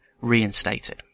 reinstated